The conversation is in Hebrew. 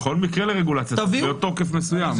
בכל מקרה לרגולציה יש תוקף מסוים.